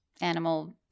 animal